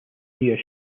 near